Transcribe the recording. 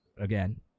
again